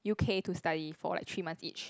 U_K to study for like three months each